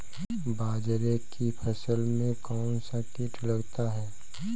बाजरे की फसल में कौन सा कीट लगता है?